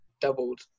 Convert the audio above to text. doubled